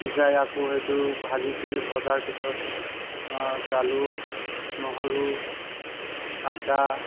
সিজাই আকৌ সেইটো ভাজিছিল ভজাৰ পিছত জালুক নহৰু আদা